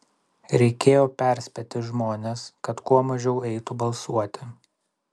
reikėjo perspėti žmones kad kuo mažiau eitų balsuoti